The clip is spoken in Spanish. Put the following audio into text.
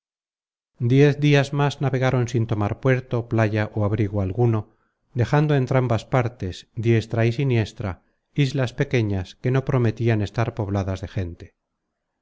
diez dias más navegaron sin tomar puerto playa ó abrigo algu no dejando á entrambas partes diestra y siniestra islas pequeñas que no prometian estar pobladas de gente